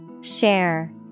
Share